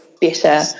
better